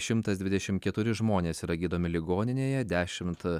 šimtas dvidešim keturi žmonės yra gydomi ligoninėje dešimt